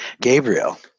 gabriel